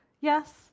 Yes